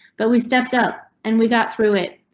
but we stepped up and we got through it.